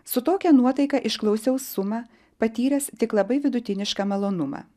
su tokia nuotaika išklausiau sumą patyręs tik labai vidutinišką malonumą